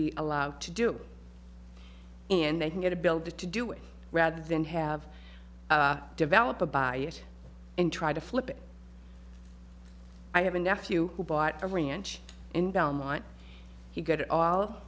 be allowed to do and they can get a builder to do it rather than have developer buy it and try to flip it i have a nephew who bought a ranch in belmont he got it all